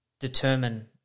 determine